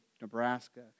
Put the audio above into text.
Nebraska